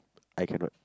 I cannot